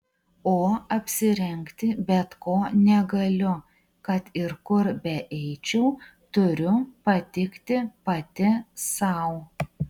o apsirengti bet ko negaliu kad ir kur beeičiau turiu patikti pati sau